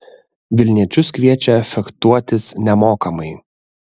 vilniečius kviečia fechtuotis nemokamai